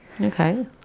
Okay